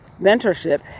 mentorship